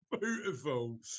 Beautiful